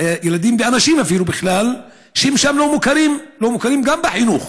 ילדים ואנשים, בכלל, לא מוכרים גם בחינוך.